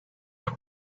were